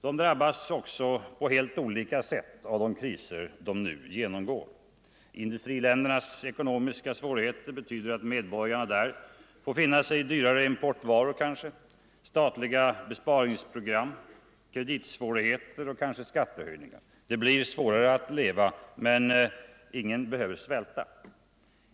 De drabbas också på helt olika sätt av de kriser de nu genomgår. Industriländernas ekonomiska svårigheter betyder att medborgarna där får finna sig i dyrare importvaror, statliga besparingsprogram, kreditsvårigheter och måhända skattehöjningar. Det blir svårare att leva, men ingen behöver svälta.